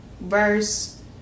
verse